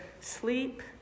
sleep